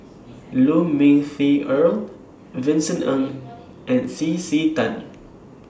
Lu Ming Teh Earl Vincent Ng and C C Tan